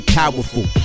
powerful